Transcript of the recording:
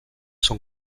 són